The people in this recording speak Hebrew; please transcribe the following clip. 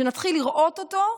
כשנתחיל לראות אותו,